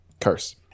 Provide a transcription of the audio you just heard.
curse